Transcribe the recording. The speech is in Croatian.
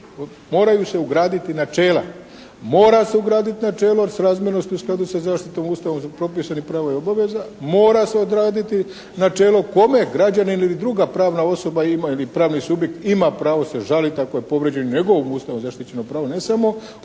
moraju se ugraditi načela, mora se ugraditi načelo srazmjernosti u skladu sa zaštitom Ustavom propisanih prava i obveza, mora se ugraditi načelo kome građanin ili druga pravna osoba ima ili pravni subjekt ima pravo se žaliti ako je povrijeđeno njegovo Ustavom zaštićeno pravo, ne samo Ustavnom